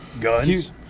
Guns